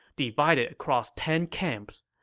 divided across ten camps.